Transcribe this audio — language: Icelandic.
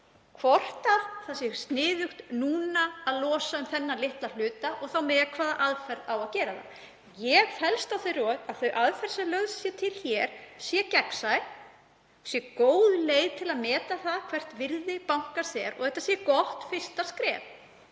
hvort það sé sniðugt núna að losa um þennan litla hluta og þá með hvaða aðferð. Ég fellst á þau rök að sú aðferð sem lögð er til hér sé gegnsæ og góð leið til að meta hvert virði bankans er og þetta sé gott fyrsta skref.